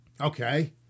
Okay